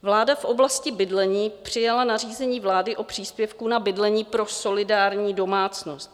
Vláda v oblasti bydlení přijala nařízení vlády o příspěvku na bydlení pro solidární domácnost.